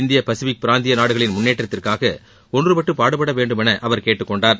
இந்திய பசிபிக் பிராந்திய நாடுகளின் முன்னேற்றத்திற்காக ஒன்றுபட்டு பாடுபடவேண்டும் என அவர் கேட்டுக்கொண்டார்